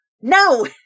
No